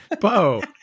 Bo